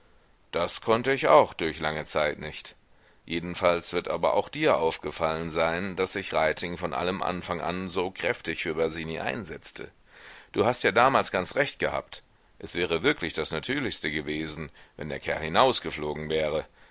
das konnte ich auch durch lange zeit nicht jedenfalls wird aber auch dir aufgefallen sein daß sich reiting von allem anfang an so kräftig für basini einsetzte du hast ja damals ganz recht gehabt es wäre wirklich das natürlichste gewesen wenn der kerl hinausgeflogen wäre